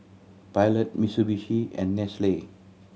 Pilot Mitsubishi and Nestle